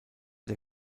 der